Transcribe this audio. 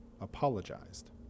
apologized